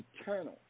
eternal